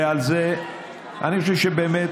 ועל זה אני חושב שבאמת,